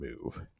move